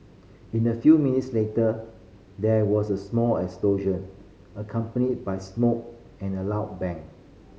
in a few minutes later there was a small explosion accompanied by smoke and a loud bang